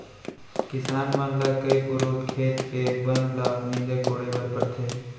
किसान मन ल कई पुरूत खेत के बन ल नींदे कोड़े बर परथे